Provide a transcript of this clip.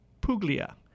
Puglia